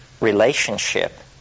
relationship